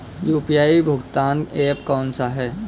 UPI भुगतान app कौन सा है?